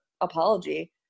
apology